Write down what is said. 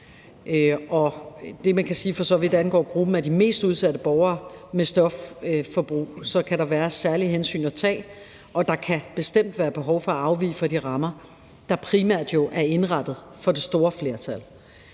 enormt bredt. Så for så vidt angår gruppen af de mest udsatte borgere med stofbrug, kan der være særlige hensyn at tage, og der kan bestemt være behov for at afvige fra de rammer, der jo primært er indrettet til det store flertal.